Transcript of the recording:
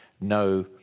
no